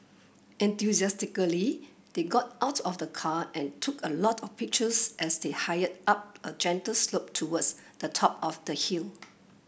enthusiastically they got out of the car and took a lot of pictures as they hired up a gentle slope towards the top of the hill